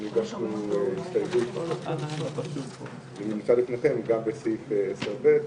הגשנו הסתייגות גם לסעיף 10ב',